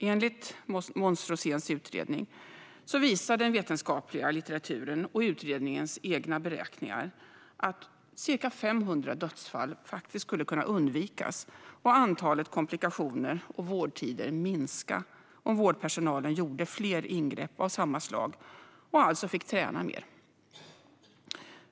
Enligt Måns Roséns utredning visar den vetenskapliga litteraturen och utredningens egna beräkningar att ca 500 dödsfall skulle kunna undvikas och antalet komplikationer och vårdtider minska om vårdpersonalen gjorde fler ingrepp av samma slag och alltså fick träna mer.